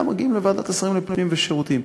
מגיעות לוועדת השרים לענייני פנים ושירותים.